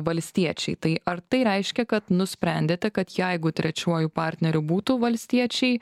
valstiečiai tai ar tai reiškia kad nusprendėte kad jeigu trečiuoju partneriu būtų valstiečiai